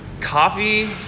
Coffee